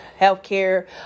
healthcare